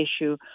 issue